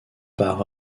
par